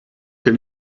can